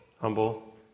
Humble